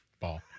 ball